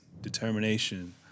determination